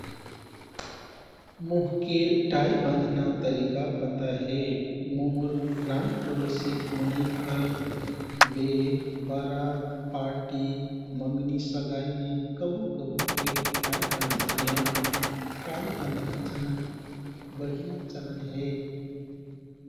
महके टाइ बन्धना तरिका पता हे। मोर रानपरोसिक मनैभर बेह, बरात, पार्टि, मंगनि, सगाइमे कबु कबुकिल टाइ बन्धतियाँ। टाइ बन्धना चलन बढिया चलन हे।